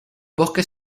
bosques